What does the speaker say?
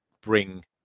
bring